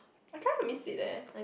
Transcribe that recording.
I kind of miss it leh